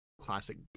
classic